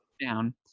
down